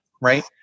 right